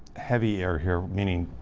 heavy air here meaning.